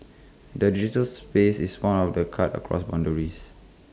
the digital space is one of the cuts across boundaries